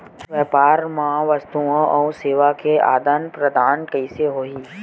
व्यापार मा वस्तुओ अउ सेवा के आदान प्रदान कइसे होही?